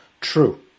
True